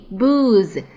booze，